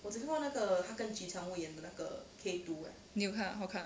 你有看 ah 好看 ah